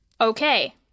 Okay